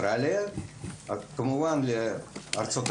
עשר שנים?